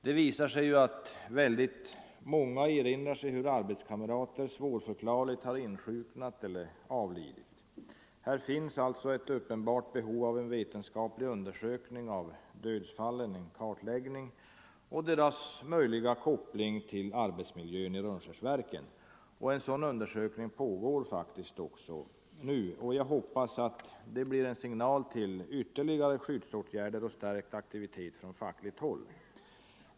Det visar sig att väldigt många erinrar sig hur arbetskamrater svårförklarligt har insjuknat eller avlidit. Här finns alltså ett uppenbart behov av en vetenskaplig undersökning och kartläggning av dödsfallen och deras möjliga koppling till arbetsmiljön i Rönnskärsverken. En sådan pågår faktiskt nu, och jag hoppas att den blir en signal till ytterligare skyddsåtgärder och stärkt aktivitet från fackligt håll.